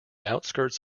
outskirts